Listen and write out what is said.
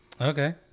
Okay